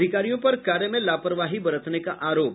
अधिकारियों पर कार्य में लावरवाही बरतने का अरोप